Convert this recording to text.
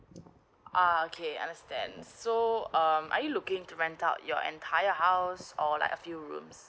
uh okay understand so um are you looking to rent out your entire house or like a few rooms